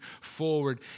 forward